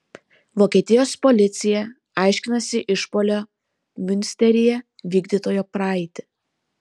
vokietijos policija aiškinasi išpuolio miunsteryje vykdytojo praeitį